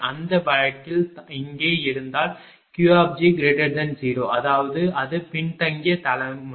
அந்த வழக்கில் இங்கே இருந்தால் Qg0 அதாவது அது பின்தங்கிய தலைமுறை